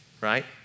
right